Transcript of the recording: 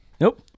Nope